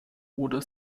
oder